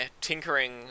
tinkering